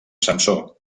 samsó